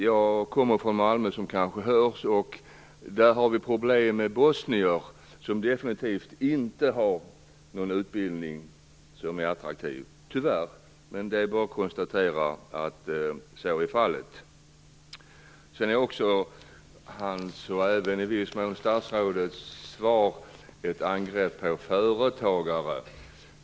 Jag kommer, som kanske hörs, från Malmö. Där har vi problem med bosnier som definitivt inte har någon utbildning som är attraktiv. Det är tyvärr bara att konstatera att så är fallet. Fonseca angriper även, liksom i viss mån statsrådet Blomberg i sitt svar, företagen.